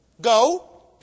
Go